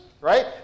right